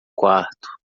quarto